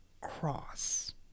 Cross